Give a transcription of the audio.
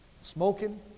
Smoking